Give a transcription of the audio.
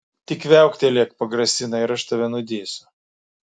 tik viauktelėk pagrasina ir aš tave nudėsiu